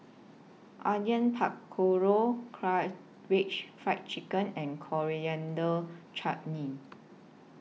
Onion Pakora Karaage Fried Chicken and Coriander Chutney